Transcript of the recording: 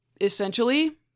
Essentially